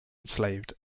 enslaved